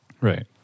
Right